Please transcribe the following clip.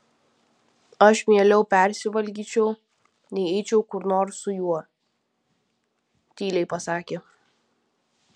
aš mieliau persivalgyčiau nei eičiau kur nors su juo tyliai pasakė